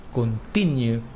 continue